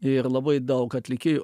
ir labai daug atlikėjų